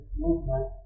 movement